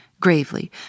gravely